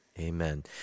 Amen